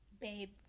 Babe